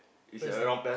where is that